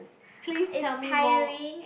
please tell me more